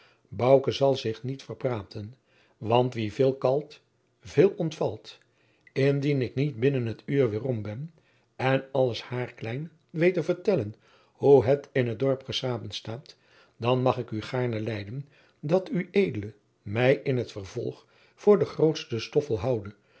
zal zich niet verpraten want wie veel kalt veel ontvalt indien ik niet binnen t uur weêrom ben en alles hairklein weet te vertellen hoe het in t dorp geschapen staat dan mag ik gaarne lijden dat ued mij in t vervolg voor den grootsten stoffel houde